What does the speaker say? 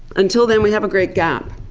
until then we have a great gap,